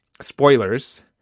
spoilers